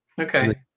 Okay